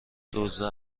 دزدا